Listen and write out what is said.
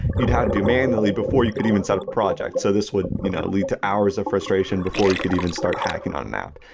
you'd had to do manually before you could even set up projects. so this would you know lead to hours of frustration before you could even start hacking on that.